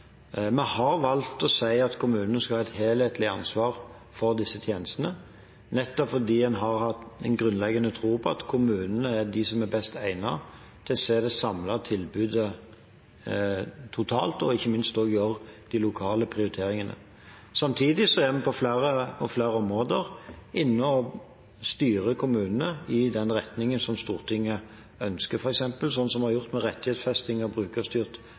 Vi har valgt å si at kommunene skal ha et helhetlig ansvar for disse tjenestene, nettopp fordi en har hatt en grunnleggende tro på at kommunene er best egnet til å se det samlede tilbudet totalt, og ikke minst gjøre de lokale prioriteringene. Samtidig er vi på flere og flere områder inne og styrer kommunene i den retningen som Stortinget ønsker, f.eks. slik vi har gjort med rettighetsfesting av brukerstyrt